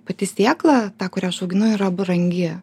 pati sėklą ta kurią aš auginu yra brangi